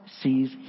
sees